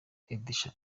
edsha